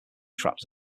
trapped